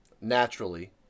naturally